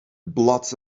blots